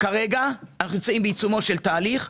כרגע אנחנו בעיצומו של תהליך,